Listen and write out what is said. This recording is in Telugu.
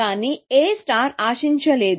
కానీ A ఆశించలేదు